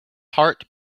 heart